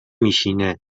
میشینه